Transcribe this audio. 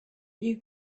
you